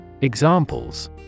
Examples